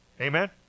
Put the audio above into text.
Amen